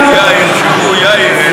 חלוקת ירושלים,